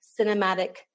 cinematic